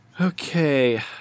Okay